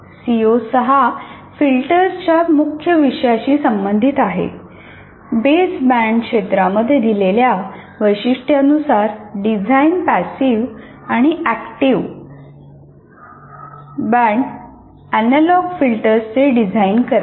CO 6 फिल्टर्सच्या मुख्य विषयाशी संबंधित आहे बेस बँड क्षेत्रामध्ये दिलेल्या वैशिष्ट्यांनुसार डिझाइन पॅसिव्ह आणि अॅक्टिव बायक्वाड अनालॉग फिल्टर्स चे डिझाईन करा